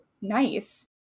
nice